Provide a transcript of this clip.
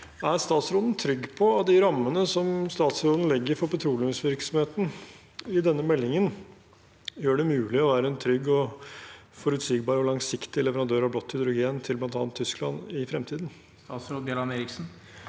Er statsråden trygg på at de rammene som statsråden legger for petroleumsvirksomheten i denne meldingen, gjør det mulig å være en trygg, forutsigbar og langsiktig leverandør av blått hydrogen til bl.a. Tyskland i fremtiden? Statsråd Andreas Bjelland Eriksen